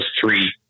three